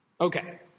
Okay